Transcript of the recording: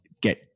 get